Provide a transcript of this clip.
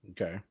Okay